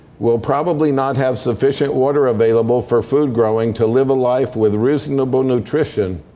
will probably not have sufficient water available for food growing to live a life with reasonable nutrition